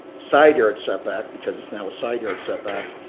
side yard setback, because it's now a side yard setback,